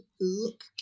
look